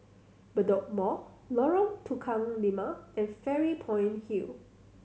Bedok Mall Lorong Tukang Lima and Fairy Point Hill